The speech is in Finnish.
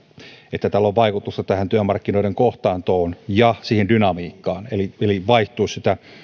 että tällä on vaikutusta työmarkkinoiden kohtaantoon ja siihen dynamiikkaan eli eli vaihtuisi sitä